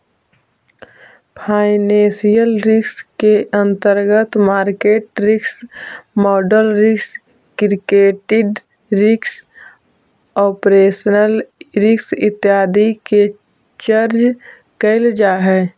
financial risk के अंतर्गत market risk, model risk, credit risk, operational risk इत्यादि के चर्चा कैल जा हई